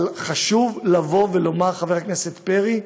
אבל חשוב לומר, חבר הכנסת פרי,